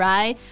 Right